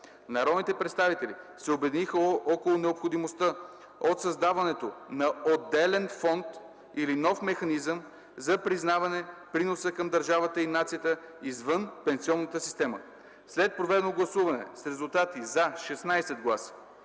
Народните представители се обединиха около необходимостта от създаване на отделен фонд или нов механизъм за признаване приноса към държавата и нацията, извън пенсионната система. След проведено гласуване с резултати: „за” 16 гласа,